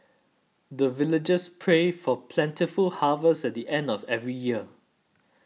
the villagers pray for plentiful harvest at the end of every year